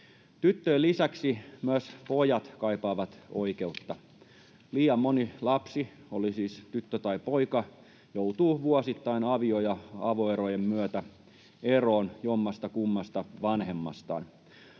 Tyttöjen lisäksi myös pojat kaipaavat oikeutta. Liian moni lapsi, oli siis tyttö tai poika, joutuu vuosittain avio- ja avoerojen myötä eroon jommastakummasta vanhemmastaan.